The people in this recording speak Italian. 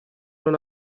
non